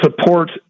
Support